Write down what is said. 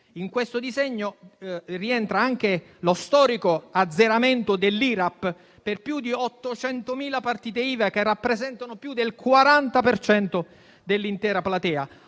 In questo disegno rientra anche lo storico azzeramento dell'IRAP per più di 800.000 partite IVA, che rappresentano oltre il 40 per cento dell'intera platea: